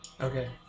Okay